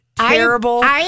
terrible